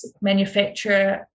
manufacturer